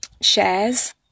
shares